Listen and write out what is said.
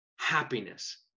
happiness